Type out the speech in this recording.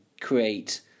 create